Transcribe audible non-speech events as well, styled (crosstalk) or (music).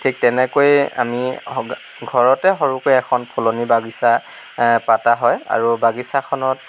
ঠিক তেনেকৈয়ে আমি (unintelligible) ঘৰতে সৰুকৈ এখন ফুলনি বাগিছা পতা হয় আৰু বাগিছাখনত